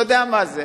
אתה יודע מה זה,